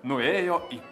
nuėjo į